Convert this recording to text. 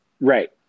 Right